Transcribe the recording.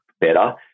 better